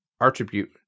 attribute